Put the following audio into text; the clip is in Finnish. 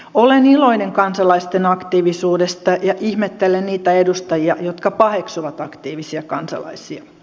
olen iloinen kansalaisten aktiivisuudesta ja ihmettelen niitä edustajia jotka paheksuvat aktiivisia kansalaisia